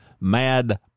mad